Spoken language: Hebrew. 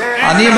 כן.